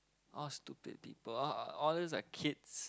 all stupid people all all those are kids